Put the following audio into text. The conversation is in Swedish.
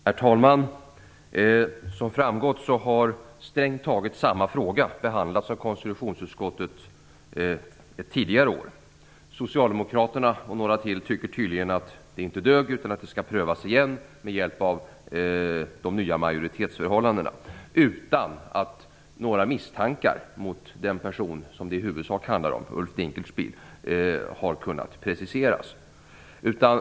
Herr talman! Som framgått har strängt taget samma fråga behandlats av konstitutionsutskottet ett tidigare år. Socialdemokraterna och några till tycker tydligen att det inte dög, utan vill pröva frågan igen med hjälp av de nya majoritetsförhållandena, utan att några misstankar mot den person som det i huvudsak handlar om - Ulf Dinkelspiel - har kunnat preciseras.